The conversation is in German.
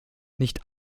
nicht